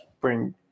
bring